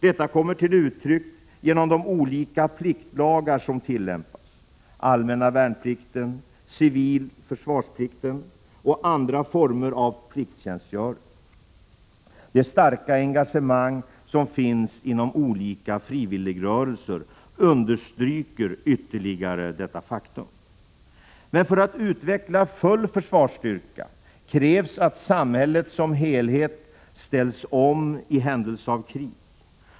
Detta kommer till uttryck genom de olika pliktlagar som tillämpas: allmänna värnplikten, civila försvarsplikten och andra former av plikttjänstgöring. Det starka engagemang som finns inom olika frivilligrörelser understryker ytterligare detta faktum. Men för att utveckla full försvarsstyrka krävs att samhället som helhet ställs om i händelse av krig.